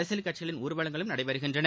அரசியல் கட்சிகளின் ஊர்வலங்களும் நடக்கின்றன